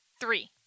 three